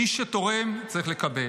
מי שתורם צריך לקבל.